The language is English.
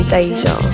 Deja